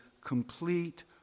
complete